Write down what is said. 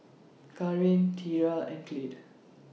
Kaaren Tierra and Clide